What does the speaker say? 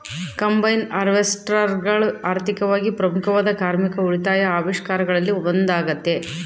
combine ಹಾರ್ವೆಸ್ಟರ್ಗಳು ಆರ್ಥಿಕವಾಗಿ ಪ್ರಮುಖವಾದ ಕಾರ್ಮಿಕ ಉಳಿತಾಯ ಆವಿಷ್ಕಾರಗಳಲ್ಲಿ ಒಂದಾಗತೆ